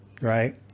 right